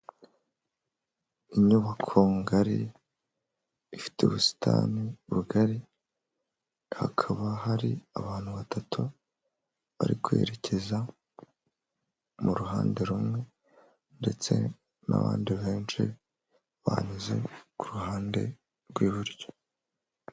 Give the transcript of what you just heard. Inyubako ngari, ifite ubusitani bugari, hakaba hari abantu batatu bari kwerekeza mu ruhande rumwe, ndetse n'abandi benshi banyuze ku ruhande rw'iburyo.